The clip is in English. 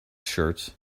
shirt